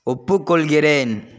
ஒப்புக்கொள்கிறேன்